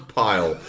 pile